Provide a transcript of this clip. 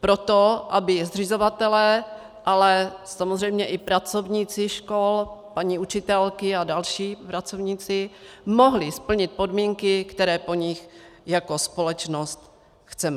pro to, aby zřizovatelé, ale samozřejmě i pracovníci škol, paní učitelky a další pracovníci mohli splnit podmínky, které po nich jako společnost chceme.